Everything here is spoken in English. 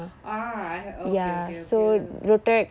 ah I have oh okay okay